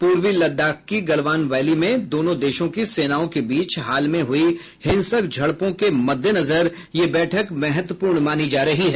पूर्वी लद्दाख की गलवान वैली में दोनों देशों की सेनाओं के बीच हाल में हुई हिंसक झड़पों के मद्देनजर यह बैठक महत्वपूर्ण मानी जा रही है